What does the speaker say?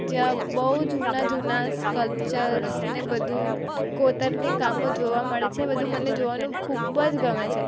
જ્યાં બહુ જૂનાં જૂનાં સ્કલ્પચર્સને બધું કોતરણી કામો જોવા મળે છે બધું મને જોવાનું ખૂબ જ ગમે છે